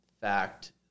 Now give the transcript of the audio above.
fact